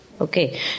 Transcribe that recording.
Okay